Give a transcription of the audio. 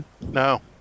No